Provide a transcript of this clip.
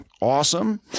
awesome